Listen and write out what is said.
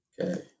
Okay